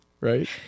right